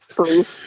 Please